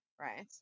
right